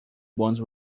bones